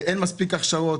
אין מספיק הכשרות.